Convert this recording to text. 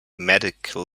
medical